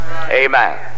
amen